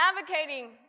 Advocating